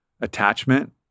attachment